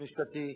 ליועץ המשפטי,